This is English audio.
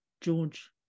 George